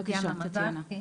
בבקשה טטיאנה.